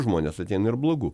žmonės ateina ir blogų